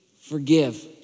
forgive